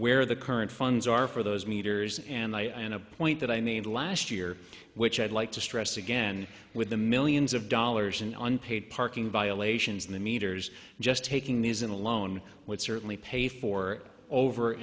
where the current funds are for those meters and i and a point that i made last year which i'd like to stress again with the millions of dollars in on paid parking violations in the meters just taking these in alone would certainly pay for over